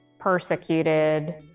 persecuted